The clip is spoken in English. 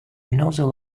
nozzle